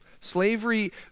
Slavery